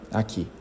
aqui